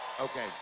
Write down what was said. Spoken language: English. Okay